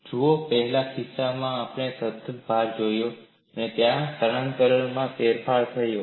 જુઓ પહેલા કિસ્સામાં જ્યાં આપણે સતત ભાર જોયો હતો ત્યાં સ્થાનાંતરણમાં ફેરફાર થયો હતો